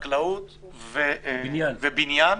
חקלאות ובניין,